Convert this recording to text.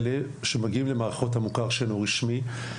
שמגיעים למערכות המוכר שאינו רשמי,